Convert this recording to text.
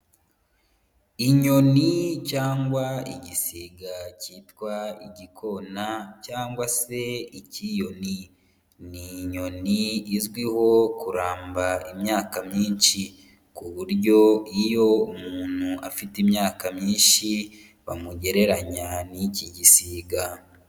Inyoni cyangwa igisiga kitwa igikona, cyangwa se ikiyoni, ni inyoni izwiho kuramba imyaka myinshi, ku buryo iyo umuntu afite imyaka myishi, bamugereranya n'iki gisiga.